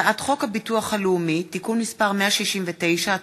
הצעת חוק הביטוח הלאומי (תיקון מס' 169),